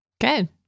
Good